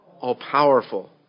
All-powerful